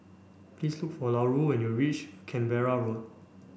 please look for Larue when you reach Canberra Road